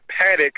Paddock